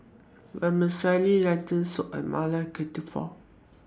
Vermicelli Lentil Soup and Maili Kofta